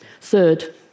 Third